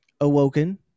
Awoken